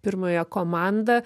pirmąją komandą